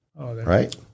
Right